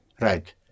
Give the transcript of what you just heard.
Right